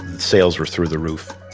sales were through the roof.